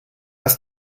ist